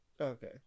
Okay